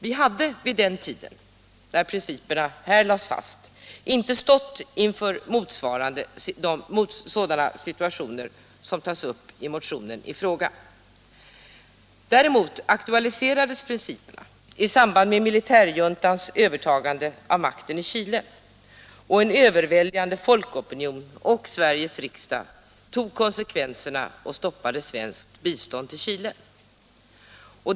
När våra principer för svenskt bistånd lades fast hade vi inte stått inför sådana situationer som tas upp i motionen i fråga. Däremot aktualiserades principerna i samband med militärjuntans övertagande av makten i Chile, och en överväldigande folkopinion och Sveriges riksdag tog konsekvenserna och stoppade svenskt bistånd till Chile.